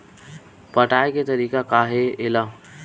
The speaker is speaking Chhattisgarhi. पटाय के तरीका का हे एला?